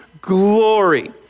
glory